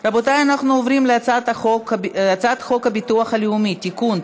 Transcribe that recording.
את הצעת חוק תגמולים לנפגעי פעולות איבה (תיקון,